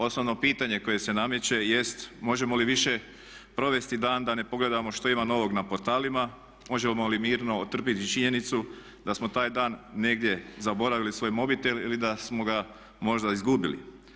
Osnovno pitanje koje se nameće jest možemo li više provesti dan da ne pogledamo što ima novog na portalima, možemo li mirno otrpiti činjenicu da smo taj dan negdje zaboravili svoj mobitel ili da smo ga možda izgubili?